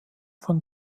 von